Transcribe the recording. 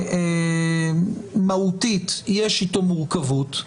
מהותית יש איתו מורכבות,